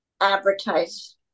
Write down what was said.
advertise